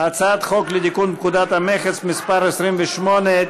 חוק לתיקון פקודת המכס (מס' 28),